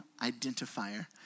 identifier